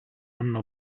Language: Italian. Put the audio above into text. hanno